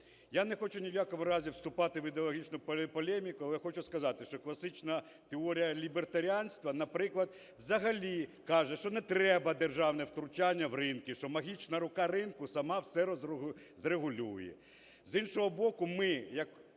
Я не хочу ні в якому разі вступати в ідеологічну полеміку. Але хочу сказати, що класична теорія лібертаріанства, наприклад, взагалі каже, що не треба державне втручання в ринки, що магічна рука ринку сама все зрегулює. З іншого боку, ми як